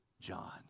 John